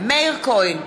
מאיר כהן,